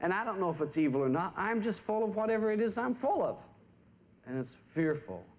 and i don't know if it's evil or not i'm just fall of whatever it is i'm full of and it's fearful